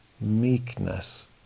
Meekness